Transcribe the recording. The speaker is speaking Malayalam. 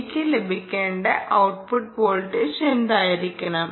എനിക്ക് ലഭിക്കേണ്ട ഔട്ട്പുട്ട് വോൾട്ടേജ് എന്തായിരിക്കണം